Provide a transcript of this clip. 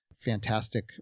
fantastic